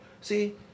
See